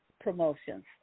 promotions